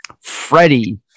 Freddie